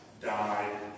died